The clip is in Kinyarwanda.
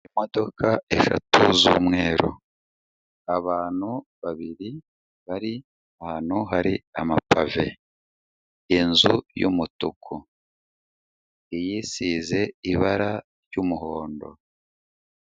Imodoka eshatu z'umweru, abantu babiri bari ahantu hari amapave, inzu y'umutuku iy'isize ibara ry'umuhondo.